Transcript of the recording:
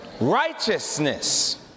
Righteousness